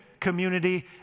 community